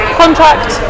contract